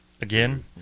again